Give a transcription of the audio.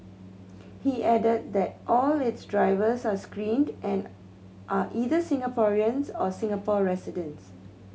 he added that all its drivers are screened and are either Singaporeans or Singapore residents